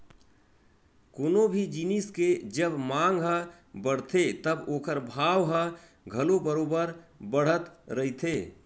कोनो भी जिनिस के जब मांग ह बड़थे तब ओखर भाव ह घलो बरोबर बड़त रहिथे